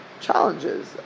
challenges